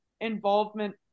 involvement